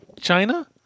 China